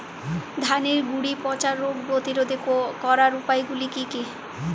ধানের গুড়ি পচা রোগ প্রতিরোধ করার উপায়গুলি কি কি?